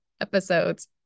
episodes